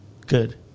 Good